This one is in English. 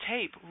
tape